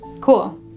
Cool